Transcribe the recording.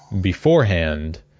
beforehand